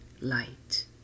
light